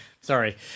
Sorry